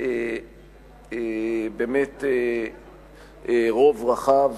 באמת רוב רחב